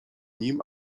nim